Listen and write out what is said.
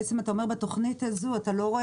בעצם אתה אומר בתכנית הזאת אתה לא רואה